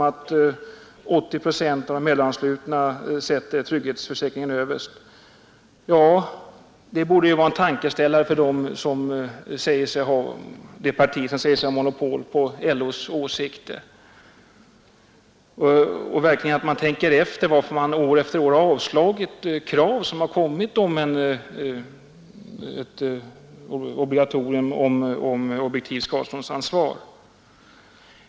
Att 80 procent av de LO-anslutna sätter trygghetsförsäkringen överst borde vara en tankeställare för det parti som säger sig ha monopol på LO: åsikter. Man borde verkligen tänka efter varför man år efter år avslagit krav på ett obligatorium om objektivt skadeståndsansvar.